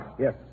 Yes